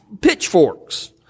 pitchforks